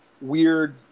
weird